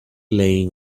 laying